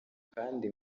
kandi